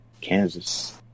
Kansas